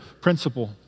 principle